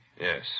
Yes